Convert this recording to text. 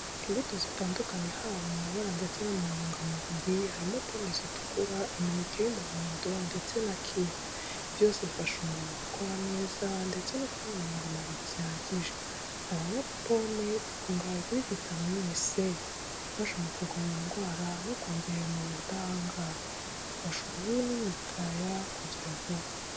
Imbuto zitandukanye haba mu mabara ndetse no muntungamubiri, harimo pomme zitukura, imineke y'umuhondo ndetse na kiwi, byose bifasha umubiri gukora neza ndetse no kubona intungamubiri zihagije, aho nka pomme ikungahaye kuri vitamine C, ifasha mu kurwanya indwara no kongerera umubiri ubudahangarwa. Ifasha uruhu n’imikaya gukira vuba.